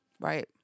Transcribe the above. Right